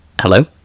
Hello